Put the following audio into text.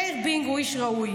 מאיר בינג הוא איש ראוי.